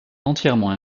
entièrement